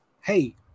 Hey